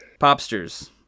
Popsters